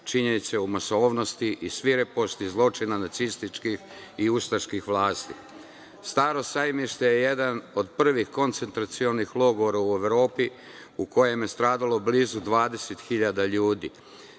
činjenice o masovnosti i svireposti zločina nacističkih i ustaških vlasti. Staro sajmište je jedan od prvih koncentracionih logora u Evropi u kojem je stradalo blizu 20 hiljada